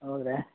ಹೌದಾ